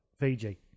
fiji